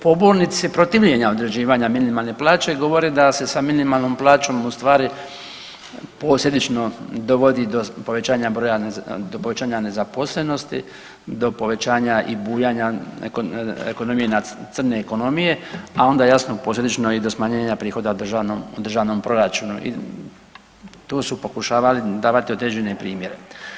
Pobornici protivljenja određivanja minimalne plaće govore da se sa minimalnom plaćom u stvari posljedično dovodi do povećanja broja, do povećanja nezaposlenosti, do povećanja i bujanja ekonomije, crne ekonomije, a onda jasno posljedično i do smanjenja prihoda u državnom proračunu i tu su pokušavali davati određene primjere.